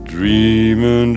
Dreaming